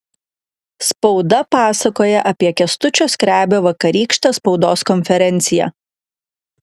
spauda pasakoja apie kęstučio skrebio vakarykštę spaudos konferenciją